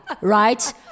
right